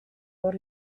what